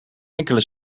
enkele